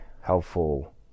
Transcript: helpful